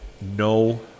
no